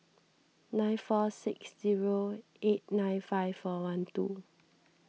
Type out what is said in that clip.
nine four six zero eight nine five four one two